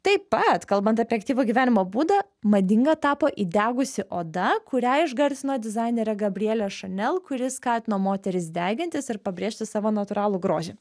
taip pat kalbant apie aktyvų gyvenimo būdą madinga tapo įdegusi oda kurią išgarsino dizainerė gabrielė šanel kuri skatino moteris degintis ir pabrėžti savo natūralų grožį